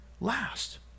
last